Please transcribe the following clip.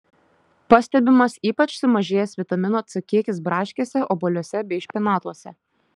pastebimas ypač sumažėjęs vitamino c kiekis braškėse obuoliuose bei špinatuose